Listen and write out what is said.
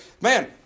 man